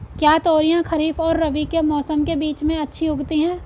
क्या तोरियां खरीफ और रबी के मौसम के बीच में अच्छी उगती हैं?